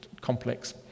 complex